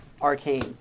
arcane